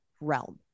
realm